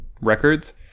Records